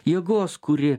jėgos kuri